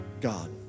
God